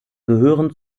gehören